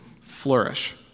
flourish